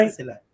sila